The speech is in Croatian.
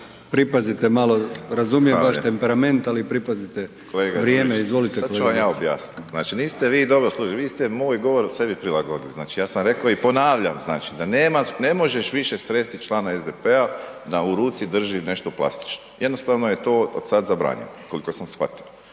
Pripazite malo, razumijem vaš temperament ali pripazite vrijeme. Izvolite, kolega Borić. **Borić, Josip (HDZ)** Kolega Đujić, sad ću vam ja objasniti. Znači vi dobro, vi ste moj govor sebi prilagodili, znači ja sam rekao i ponavljam znači da ne možeš više sresti člana SDP-a da u ruci drži nešto plastično, jednostavno je to od sada zabranjeno, koliko sam shvatio.